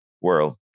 world